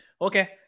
okay